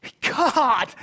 God